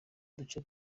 uduce